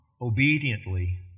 obediently